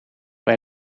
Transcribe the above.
bij